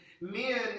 men